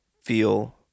feel